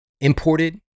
imported